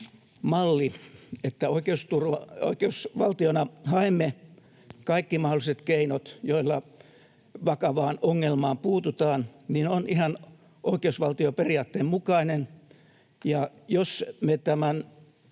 että oikeusvaltiona haemme kaikki mahdolliset keinot, joilla vakavaan ongelmaan puututaan, on ihan oikeusvaltioperiaatteen mukainen, [Puhemies